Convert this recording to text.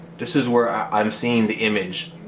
this is where i'm seeing the image.